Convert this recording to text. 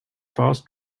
fast